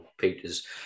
Peter's